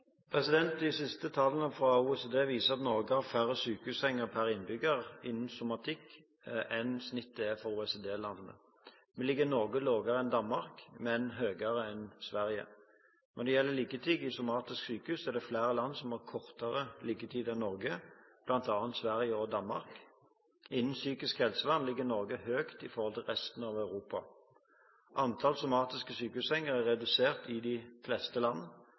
sjukehus?» De siste tallene fra OECD viser at Norge har færre sykehussenger per innbygger innen somatikk enn gjennomsnittet for OECD-landene. Vi ligger noe lavere enn Danmark, men høyere enn Sverige. Når det gjelder liggetid i somatiske sykehus, er det flere land som har kortere liggetid enn Norge, bl.a. Sverige og Danmark. Innen psykisk helsevern ligger Norge høyt sammenliknet med resten av Europa. Antallet somatiske sykehussenger er redusert i de fleste land.